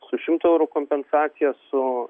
su šimto eurų kompensacija su